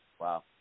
Wow